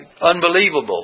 unbelievable